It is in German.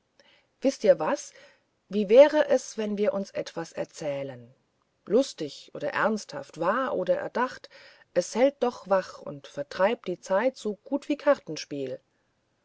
wisset ihr was wie wäre es wenn wir uns etwas erzählten lustig oder ernsthaft wahr oder erdacht es hält doch wach und vertreibt die zeit so gut wie kartenspiel